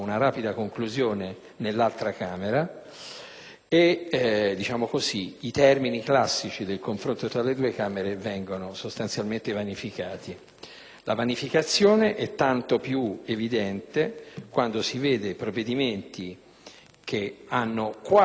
in questo modo i termini classici del confronto tra i due rami del Parlamento vengono sostanzialmente vanificati. La vanificazione è tanto più evidente quando si vedono provvedimenti che hanno quasi esclusivamente la forma di decreto,